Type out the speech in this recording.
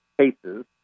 cases